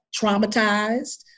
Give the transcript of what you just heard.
traumatized